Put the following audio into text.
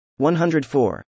104